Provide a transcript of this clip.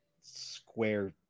square